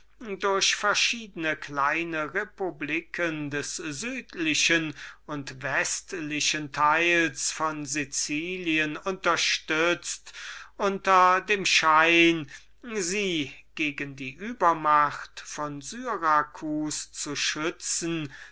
durch verschiedene kleine republiken des südlichen und westlichen teils von sicilien unterstützt unter dem schein sie gegen die übermacht von syracus zu schützen